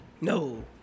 No